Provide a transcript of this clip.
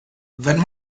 wenn